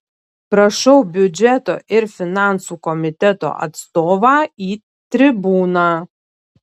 prašau biudžeto ir finansų komiteto atstovą į tribūną